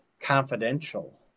confidential